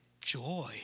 joy